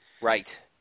Right